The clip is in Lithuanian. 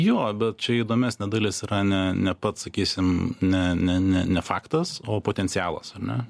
jo bet čia įdomesnė dalis yra ne ne pats sakysim ne ne ne ne faktas o potencialas ar ne